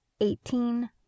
eighteen